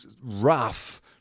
rough